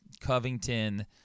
Covington